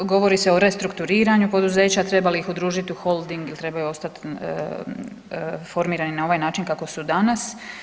Govori se o restrukturiranju poduzeća, treba li ih udružiti u holding ili trebaju ostati formirani na ovaj način kako su danas.